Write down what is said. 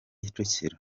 kicukiro